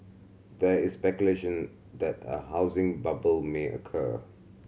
there is speculation that a housing bubble may occur